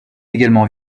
également